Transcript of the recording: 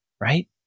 right